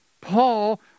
Paul